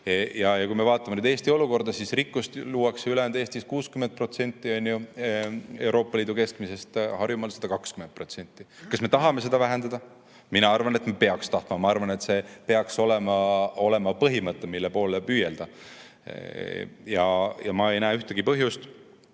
Kui me vaatame Eesti olukorda, siis rikkust luuakse ülejäänud Eestis 60% ulatuses Euroopa Liidu keskmisest, Harjumaal 120% ulatuses. Kas me tahame seda [vahet] vähendada? Mina arvan, et me peaks tahtma. Ma arvan, et see peaks olema põhimõte, mille poole püüelda. Ja ma ei näe ühtegi põhjust,